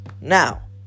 Now